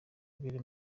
ingabire